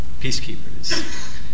peacekeepers